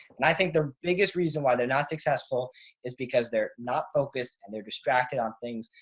and i think the biggest reason why they're not successful is because they're not focused and they're distracted on things.